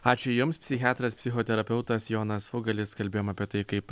ačiū jums psichiatras psichoterapeutas jonas fugalis kalbėjom apie tai kaip